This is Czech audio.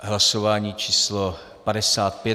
Hlasování číslo 55.